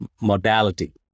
modality